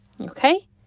Okay